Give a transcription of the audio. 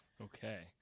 Okay